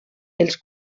els